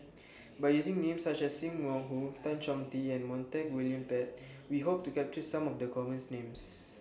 By using Names such as SIM Wong Hoo Tan Chong Tee and Montague William Pett We Hope to capture Some of The commons Names